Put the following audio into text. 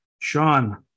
Sean